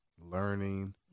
learning